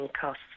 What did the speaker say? costs